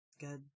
Good